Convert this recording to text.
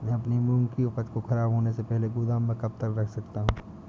मैं अपनी मूंग की उपज को ख़राब होने से पहले गोदाम में कब तक रख सकता हूँ?